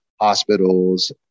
hospitals